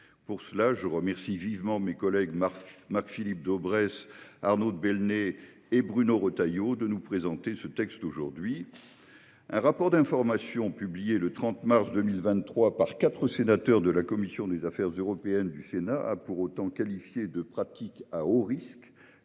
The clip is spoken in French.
Pour cela, je remercie vivement mes collègues Marc-Philippe Daubresse, Arnaud de Belenet et Bruno Retailleau de nous présenter aujourd'hui ce texte. Un rapport d'information publié le 30 mars 2023 par quatre sénateurs de la commission des affaires européennes du Sénat a pour autant qualifié de « pratique à haut risque »